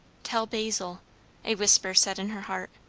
tell basil a whisper said in her heart.